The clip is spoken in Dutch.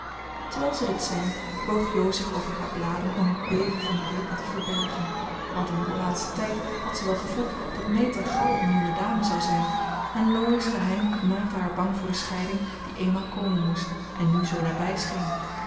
terwijl ze dit zei boog jo zich over haar bladen om het beven van haar lippen te verbergen want in den laatsten tijd had ze wel gevoeld dat meta gauw een jonge dame zou zijn en laurie's geheim maakte haar bang voor de scheiding die eenmaal komen moest en nu zoo nabij scheen